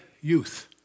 youth